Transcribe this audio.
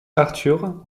arthur